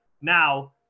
now